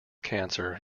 cancer